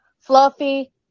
Fluffy